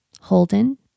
Holden